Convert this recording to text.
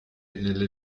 nelle